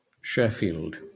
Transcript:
Sheffield